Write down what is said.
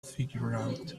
figured